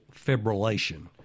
fibrillation